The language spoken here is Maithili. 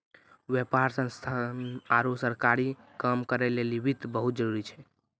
व्यापार संस्थान आरु सरकारी काम करै लेली वित्त बहुत जरुरी छै